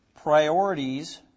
priorities